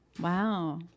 Wow